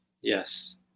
Yes